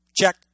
Check